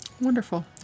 Wonderful